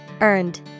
Earned